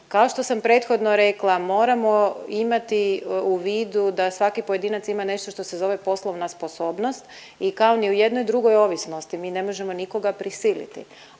Kao što sam prethodno rekla moramo imati u vidu da svaki pojedinac ima nešto što se zove poslovna sposobnost i kao ni u jednoj drugoj ovisnosti mi ne možemo nikoga prisiliti,